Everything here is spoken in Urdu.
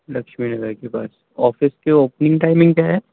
لکچھمی نگر کے پاس آفس کے اوپننگ ٹائمنگ کیا ہے